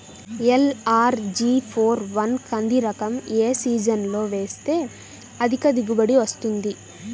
LRG four one కంది రకం ఏ సీజన్లో వేస్తె అధిక దిగుబడి వస్తుంది?